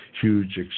huge